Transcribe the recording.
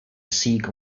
seek